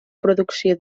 producció